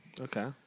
Okay